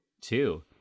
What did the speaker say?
Two